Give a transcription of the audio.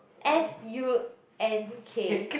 S U N K